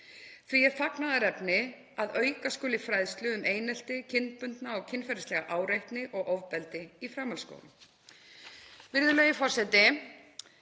Því er fagnaðarefni að auka skuli fræðslu um einelti, kynbundna og kynferðislega áreitni og ofbeldi í framhaldsskólum.